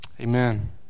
Amen